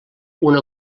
una